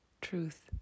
truth